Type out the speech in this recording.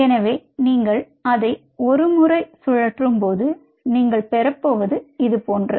எனவே நீங்கள் அதை ஒரு முறை சுழற்றும்போது நீங்கள் பெறப்போவது இது போன்றது